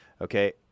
okay